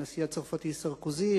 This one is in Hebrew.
הנשיא הצרפתי סרקוזי,